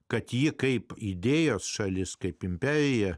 kad ji kaip idėjos šalis kaip imperija